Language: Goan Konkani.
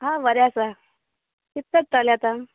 हांव बरे आसां किते कत्ताले आता